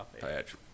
patch